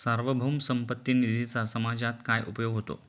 सार्वभौम संपत्ती निधीचा समाजात काय उपयोग होतो?